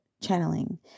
channeling